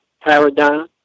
paradigm